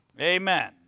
Amen